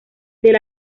del